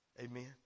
Amen